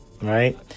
right